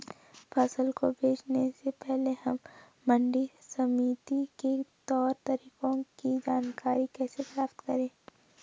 फसल को बेचने से पहले हम मंडी समिति के तौर तरीकों की जानकारी कैसे प्राप्त करें?